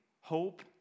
hope